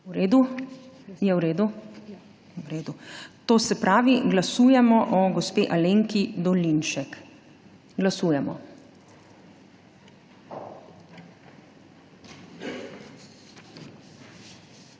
V redu. To se pravi, glasujemo o gospe Alenki Dolinšek. Glasujemo.